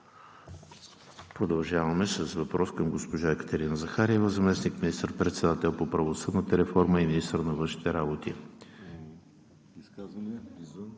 продължим с питане към госпожа Екатерина Захариева – заместник министър-председател по правосъдната реформа и министър на външните работи.